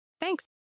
Thanks